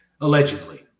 allegedly